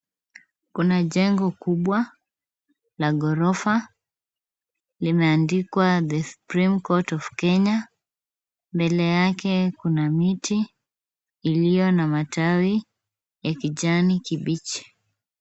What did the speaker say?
Kuna jengo kubwa la ghorofa limeandikwa the supreme court of Kenya . Mbele yake kuna miti iliyo na matawi ya kijani kibichi.